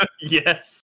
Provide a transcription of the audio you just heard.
Yes